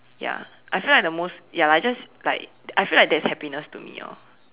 ya I feel like the most ya like just like I feel like that is happiness to me orh